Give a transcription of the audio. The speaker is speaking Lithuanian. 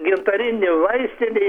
gintarinė vaistinė